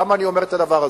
למה אני אומר את הדבר הזה?